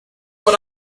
what